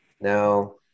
Now